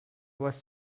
was